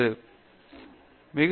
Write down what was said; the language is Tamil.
பேராசிரியர் பிரதாப் ஹரிதாஸ் சரி